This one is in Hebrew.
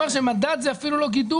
אם זה מדד זה אפילו לא גידול,